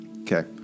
Okay